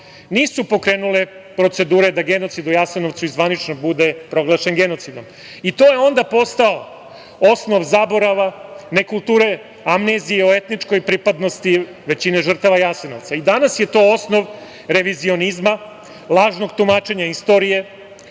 nisu pokrenule procedure da genocid u Jasenovcu i zvanično bude proglašen genocidom. To je onda postao osnov zaborava, nekulture, amnezije o etničkoj pripadnosti većine žrtava Jasenovca. Danas je to osnov revizionizma, lažnog tumačenja istorije,